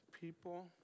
People